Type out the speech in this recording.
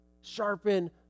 sharpen